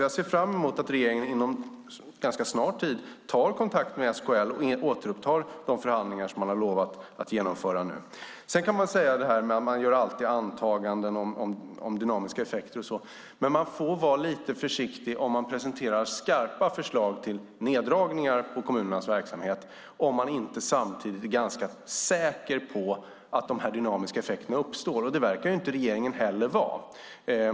Jag ser fram emot att regeringen inom en ganska snar tid tar kontakt med SKL och återupptar de förhandlingar som man har lovat att genomföra. Sedan gör man alltid antaganden om dynamiska effekter. Man får vara lite försiktig om man presenterar skarpa förslag om neddragningar i kommunernas verksamhet om man inte samtidigt är ganska säker på att de dynamiska effekterna uppstår. Det verkar regeringen inte vara.